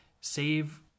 Save